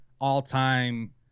all-time